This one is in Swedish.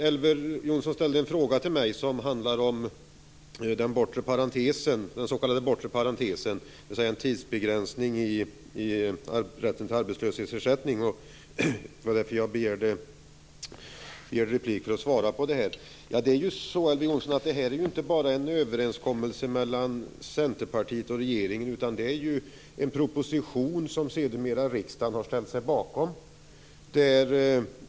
Elver Jonsson ställde en fråga till mig om den s.k. bortre parentesen, dvs. en tidsbegränsning i rätten till arbetslöshetsersättning, och jag begärde replik för att svara på hans fråga. Det här är inte bara en överenskommelse mellan Centerpartiet och regeringen, utan det handlar om en proposition som riksdagen sedermera har ställt sig bakom.